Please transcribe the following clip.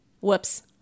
Whoops